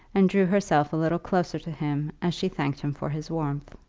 and drew herself a little closer to him as she thanked him for his warmth.